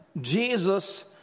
Jesus